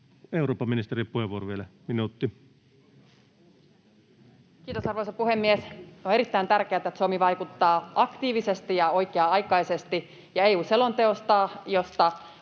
Harkimo liik) Time: 16:28 Content: Kiitos, arvoisa puhemies! On erittäin tärkeätä, että Suomi vaikuttaa aktiivisesti ja oikea-aikaisesti, ja EU-selonteosta, josta